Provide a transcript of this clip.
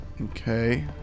Okay